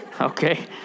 Okay